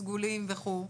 סגולים וכו',